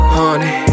honey